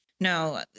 No